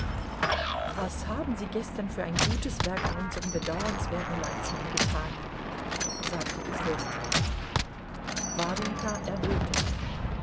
was haben sie gestern für ein gutes werk an unserm bedauernswerten landsmann getan sagte die fürstin warjenka errötete